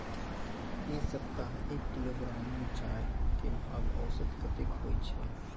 ऐ सप्ताह एक किलोग्राम मिर्चाय के भाव औसत कतेक होय छै?